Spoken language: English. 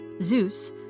Zeus